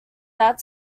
that